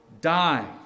die